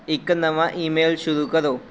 ਇੱਕ ਨਵਾਂ ਈਮੇਲ ਸ਼ੁਰੂ ਕਰੋ